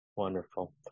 Wonderful